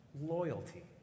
loyalty